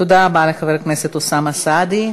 תודה רבה לחבר הכנסת אוסאמה סעדי.